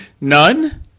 None